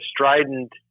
strident